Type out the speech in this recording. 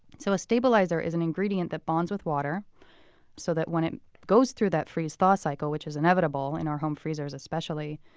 so a stabilizer is an ingredient that bonds with water so that when it goes through that freeze-thaw cycle, which is inevitable in our home freezers especially,